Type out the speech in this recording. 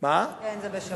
כן, זה בשבת.